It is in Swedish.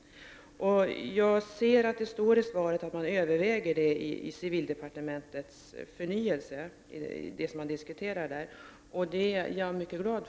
I svaret står att man i det arbete på polisväsendets förnyelse som pågår i civildepartementet överväger hur man skall komma till rätta med dessa problem.